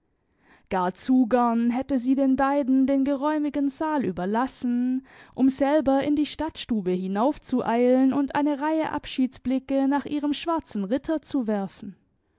gar zu gern hätte sie den beiden den geräumigen saal überlassen um selber in die stadtstube hinauf zu eilen und eine reihe abschiedsblicke nach ihrem schwarzen ritter zu werfen